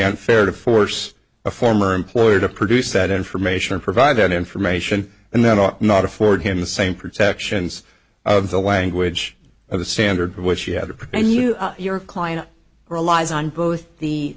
unfair to force a former employee to produce that information or provide that information and that ought not afford him the same protections of the language of the standard which you have to pretend you your client relies on both the